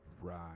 Right